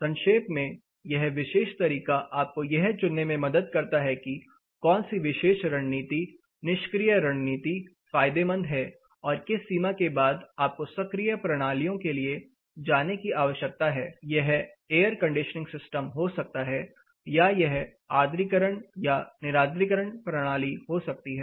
संक्षेप में यह विशेष तरीका आपको यह चुनने में मदद करता है कि कौन सी विशेष रणनीति निष्क्रिय रणनीति फायदेमंद है और किस सीमा के बाद आपको सक्रिय प्रणालियों के लिए जाने की आवश्यकता है यह एयर कंडीशनिंग सिस्टम हो सकता है या यह आर्द्रीकरण या निरार्द्रीकरण प्रणाली हो सकती है